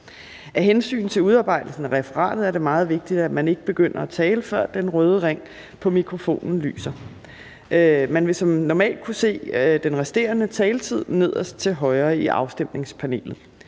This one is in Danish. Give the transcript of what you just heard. Af hensyn til udarbejdelsen af referatet er det meget vigtigt, at man ikke begynder at tale, før den røde ring på mikrofonen lyser. Man vil som normalt kunne se den resterende taletid nederst til højre på afstemningspanelet.